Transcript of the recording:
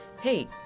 hey